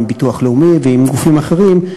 עם ביטוח לאומי ועם גופים אחרים,